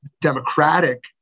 democratic